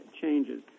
changes